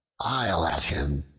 i'll at him,